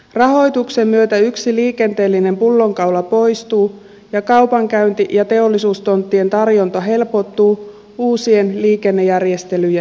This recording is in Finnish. rahoituksen myötä yksi liikenteellinen pullonkaula poistuu ja kaupankäynti ja teollisuustonttien tarjonta helpottuu uusien liikennejärjestelyjen myötä